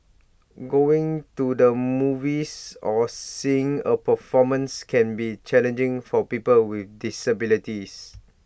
going to the movies or seeing A performance can be challenging for people with disabilities